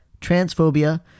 transphobia